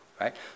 right